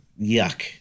yuck